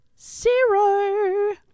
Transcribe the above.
zero